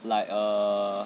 like err